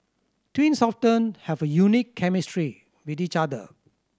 twins often have a unique chemistry with each other